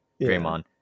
draymond